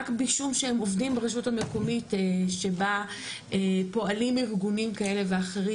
רק משום שהם עובדים ברשות המקומית שבה פועלים ארגונים כאלה ואחרים